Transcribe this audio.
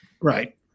Right